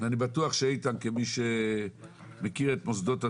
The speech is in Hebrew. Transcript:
אני בטוח שאיתן, כמי שמכיר את מוסדות התכנון,